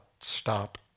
stop